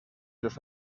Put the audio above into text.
los